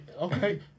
Okay